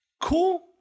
cool